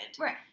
Right